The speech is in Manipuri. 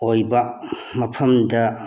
ꯑꯣꯏꯕ ꯃꯐꯝꯗ